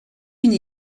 une